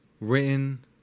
Written